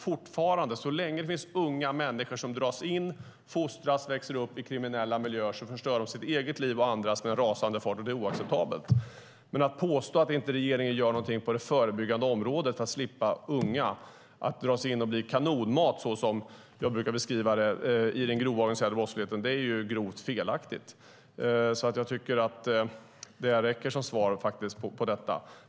Så länge det finns unga människor som dras in, fostras och växer upp i kriminella miljöer förstör de sina egna liv och andras i rasande fart, och det är oacceptabelt. När man påstår att regeringen inte gör något på det förebyggande området för att unga ska slippa dras in och bil kanonmat, som jag brukar beskriva det, i den grova organiserade brottsligheten är helt felaktigt. Jag tycker att detta räcker som svar på detta.